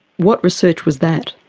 what research was that?